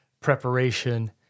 preparation